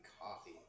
Coffee